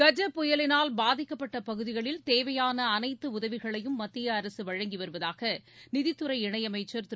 கஜ புயலினால் பாதிக்கப்பட்ட பகுதிகளில் தேவையான அனைத்து உதவிகளையும் மத்திய அரசு வழங்கி வருவதாக நிதித்துறை இணையமைச்சர் திரு